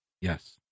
Yes